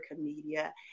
Media